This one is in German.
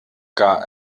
gar